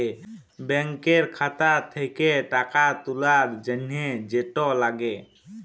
ব্যাংকের খাতা থ্যাকে টাকা তুলার জ্যনহে যেট লাগে